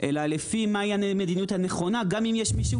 אלא לפי מהי המדיניות הנכונה גם אם יש מישהו